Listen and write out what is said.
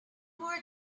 more